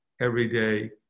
everyday